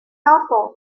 tympan